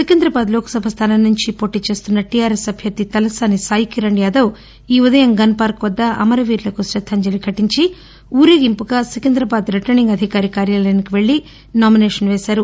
సికింద్రాబాద్ లోక్సభ స్థానం నుండి పోటీచేస్తున్న టీఆర్ఎస్ అభ్యర్థి తలసాని సాయికిరణ్ యాదవ్ ఈ ఉదయం గన్పార్క్ వద్ద అమరవీరులకు శద్దాంజలి ఘటించి ఊరేగింపుగా సికింద్రాబాద్ రిటర్నింగ్ అధికారి కార్యాలయానికి వెళ్ళి నామినేషన్ వేసారు